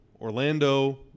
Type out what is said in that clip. Orlando